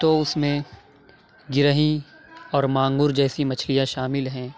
تو اُس میں گرہی اور مانگور جیسی مچھلیاں شامل ہیں